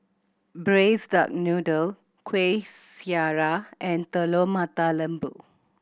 Braised Duck Noodle Kueh Syara and Telur Mata Lembu